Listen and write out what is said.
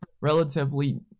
relatively